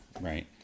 Right